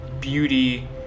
beauty